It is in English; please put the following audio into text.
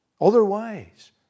Otherwise